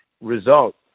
result